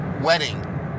wedding